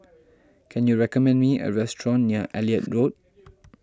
can you recommend me a restaurant near Elliot Road